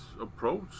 approach